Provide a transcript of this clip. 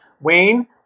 Wayne